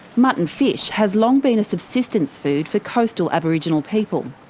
muttonfish has long been a subsistence food for coastal aboriginal people.